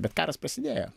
bet karas prasidėjo